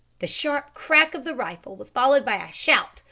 the sharp crack of the rifle was followed by a shout,